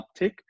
uptick